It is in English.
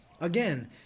Again